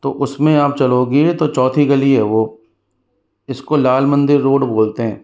तो उसमें आप चलोगे तो चौथी गली है वह इसको लाल मंदिर रोड बोलते हैं